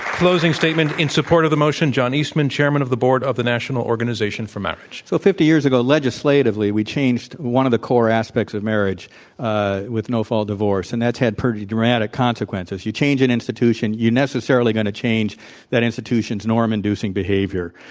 closing statement in support of t he motion, john eastman, chairman of the board of the national organization for marriage. so fifty years ago, legislatively, we changed one of the core aspects of marriage ah with no fault divorce, and that's had pretty dramatic consequences you change an institution, you're necessarily going to change that institutions norm inducing behavior.